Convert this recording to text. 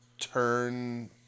Turn